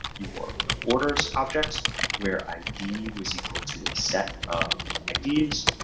your orders objects where id was equal to a set of ideas.